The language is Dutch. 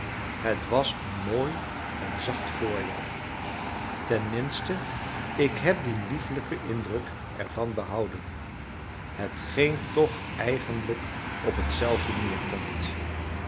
het was een mooi en zacht voorjaar tenminste ik heb dien lieflijken indruk ervan behouden hetgeen toch eigenlijk op hetzelfde neerkomt